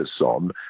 on